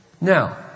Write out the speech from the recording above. Now